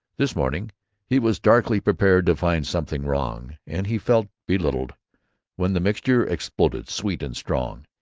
this morning he was darkly prepared to find something wrong, and he felt belittled when the mixture exploded sweet and strong,